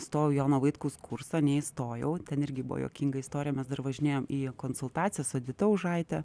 stojau į jono vaitkaus kursą neįstojau ten irgi buvo juokinga istorija mes dar važinėjom į konsultacijas su edita užaite